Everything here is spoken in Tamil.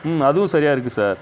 ம் அதுவும் சரியாக இருக்குது சார்